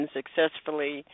successfully